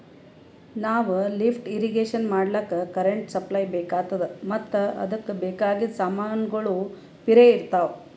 ನಾವ್ lift irrigation ಮಾಡ್ಲಕ್ಕ್ current supply ಬೆಕಾತದ್ ಮತ್ತ್ ಅದಕ್ಕ್ ಬೇಕಾಗಿದ್ ಸಮಾನ್ಗೊಳ್ನು ಪಿರೆ ಇರ್ತವ್